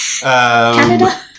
Canada